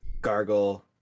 gargle